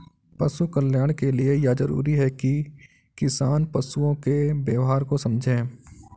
पशु कल्याण के लिए यह जरूरी है कि किसान पशुओं के व्यवहार को समझे